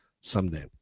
someday